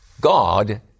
God